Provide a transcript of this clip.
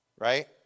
right